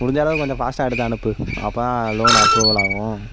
முடிஞ்சளவுக்கு கொஞ்சம் ஃபஸ்ட்டாக எடுத்து அனுப்பு அப்போ தான் லோன் அப்ரூவல் ஆகும்